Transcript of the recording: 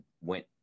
went